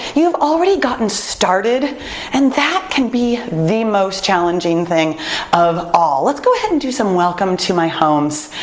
you've already gotten started and that can be the most challenging thing of all. let's go ahead and do some welcome to my homes.